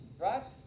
Right